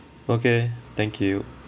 okay thank you